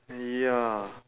ya